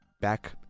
Back